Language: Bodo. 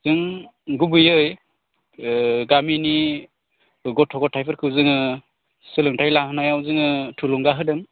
जों गुबैयै गामिनि गथ' गथायफोरखौ जोङो सोलोंथाय लाहोनायाव जोङो थुलुंगा होदों